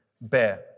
bear